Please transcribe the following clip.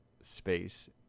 space